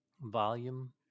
volume